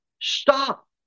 Stop